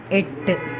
എട്ട്